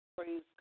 Praise